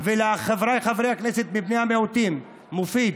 ולחבריי חברי הכנסת מבני המיעוטים: מופיד,